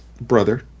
brother